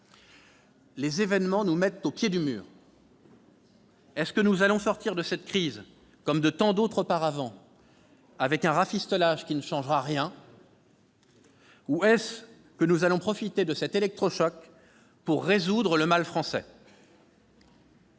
Les événements nous mettent au pied du mur. Allons-nous sortir de cette crise, comme de tant d'autres auparavant, avec un rafistolage qui ne changera rien, ou bien profiterons-nous de cet électrochoc pour résoudre le mal français ?